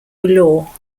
law